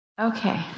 Okay